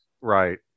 Right